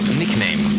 nickname